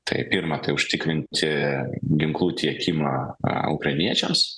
tai pirma tai užtikrinti ginklų tiekimą a ukrainiečiams